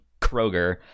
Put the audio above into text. Kroger